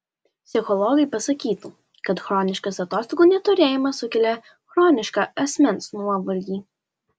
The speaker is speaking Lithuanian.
psichologai pasakytų kad chroniškas atostogų neturėjimas sukelia chronišką asmens nuovargį